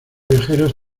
viajeros